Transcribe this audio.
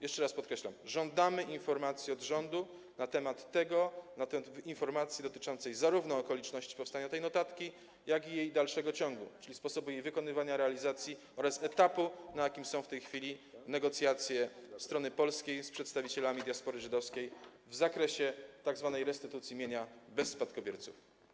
Jeszcze raz podkreślam: żądamy informacji od rządu dotyczącej zarówno okoliczności powstania tej notatki, jak i jej dalszego ciągu, czyli sposobu jej wykonywania, realizacji oraz etapu, na jakim są w tej chwili negocjacje strony polskiej z przedstawicielami diaspory żydowskiej w zakresie tzw. restytucji mienia bez spadkobierców.